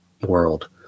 world